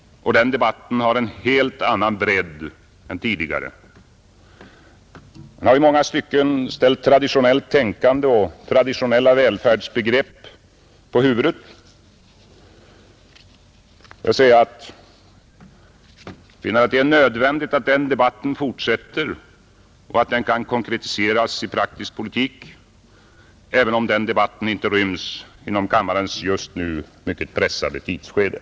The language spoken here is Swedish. Den debatten har en helt annan bredd än tidigare. Den har i många stycken ställt traditionellt tänkande och traditionella välfärdsbegrepp på huvudet. Det är nödvändigt att den debatten fortsätter och att den kan konkretiseras i praktisk politik, även om en sådan debatt inte ryms inom kammarens just nu mycket pressade tidsschema.